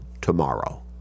tomorrow